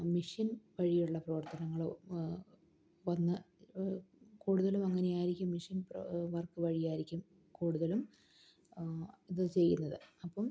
machine വഴിയുള്ള പ്രവർത്തനങ്ങളോ വന്ന് കൂടുതലും അങ്ങനെയായിരിക്കും മെഷിൻ വർക്ക് വഴിയായിരിക്കും കൂടുതലും ഇത് ചെയ്യുന്നത് അപ്പം